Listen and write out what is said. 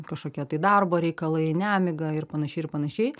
kažkokie tai darbo reikalai nemiga ir panašiai ir panašiai